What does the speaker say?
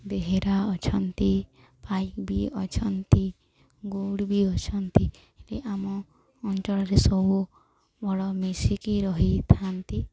ବେହେରା ଅଛନ୍ତି ପାଇକ ବି ଅଛନ୍ତି ଗଉଡ଼ ବି ଅଛନ୍ତି ଏ ଆମ ଅଞ୍ଚଳରେ ସବୁ ବଡ଼ ମିଶିକି ରହିଥାନ୍ତି